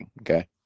okay